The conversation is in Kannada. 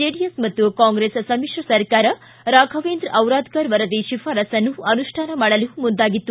ಜೆಡಿಎಸ್ ಮತ್ತು ಕಾಂಗ್ರೆಸ್ ಸಮಿಶ್ರ ಸರ್ಕಾರ ರಾಫವೇಂದ್ರ ಔರಾಧಕರ ಸಮಿತಿ ಶಿಫಾರಸ್ತನ್ನು ಅನುಷ್ಠಾನ ಮಾಡಲು ಮುಂದಾಗಿತ್ತು